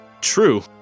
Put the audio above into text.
true